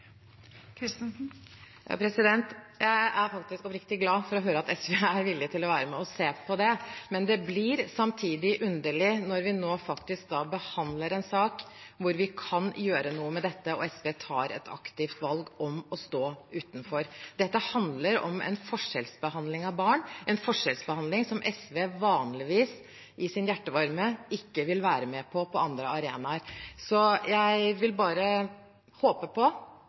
Jeg er oppriktig glad for å høre at SV er villig til å være med og se på det. Det er samtidig underlig, når vi nå behandler en sak som kan gjøre noe med dette, at SV tar et aktivt valg om å stå utenfor. Dette handler om forskjellsbehandling av barn, en forskjellsbehandling som SV vanligvis – i sin hjertevarme – ikke vil være med på på andre arenaer. Jeg håper bare